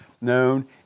Known